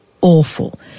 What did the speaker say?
awful